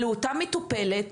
לאותה מטופלת,